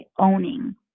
owning